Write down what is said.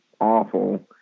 Awful